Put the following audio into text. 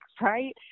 right